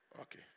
Okay